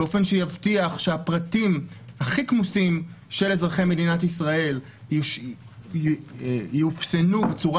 באופן שיבטיח שהפרטים הכי כמוסים של אזרחי מדינת ישראל יאופסנו בצורה